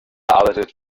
arbeitet